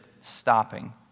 stopping